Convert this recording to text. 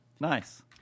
Nice